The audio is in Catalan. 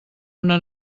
una